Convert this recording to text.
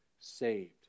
saved